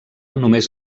només